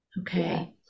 okay